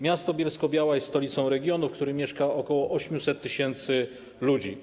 Miasto Bielsko-Biała jest stolicą regionu, w którym mieszka ok. 800 tys. ludzi.